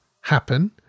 happen